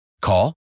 Call